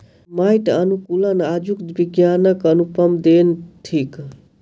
माइट अनुकूलक आजुक विज्ञानक अनुपम देन थिक